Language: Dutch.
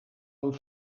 een